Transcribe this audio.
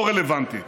לא רלוונטית.